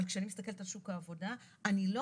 אבל כשאני מסתכלת על שוק העבודה אני לא